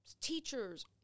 teachers